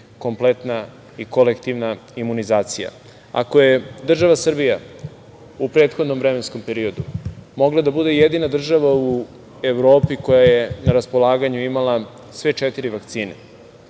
kompletna i kolektivna imunizacija. Ako je država Srbija u prethodnom vremenskom periodu mogla da bude jedina država u Evropi koja je na raspolaganju imala sve četiri vakcine,